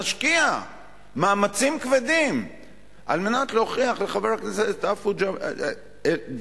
נשקיע מאמצים כבדים על מנת להוכיח לחבר הכנסת עפו ג'אבריה,